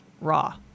raw